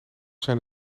zijn